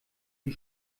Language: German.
die